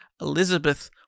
Elizabeth